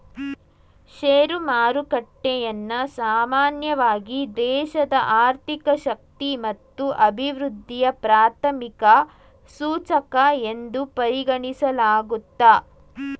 share ಮಾರುಕಟ್ಟೆಯನ್ನ ಸಾಮಾನ್ಯವಾಗಿ ದೇಶದ ಆರ್ಥಿಕ ಶಕ್ತಿ ಮತ್ತು ಅಭಿವೃದ್ಧಿಯ ಪ್ರಾಥಮಿಕ ಸೂಚಕ ಎಂದು ಪರಿಗಣಿಸಲಾಗುತ್ತೆ